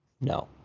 No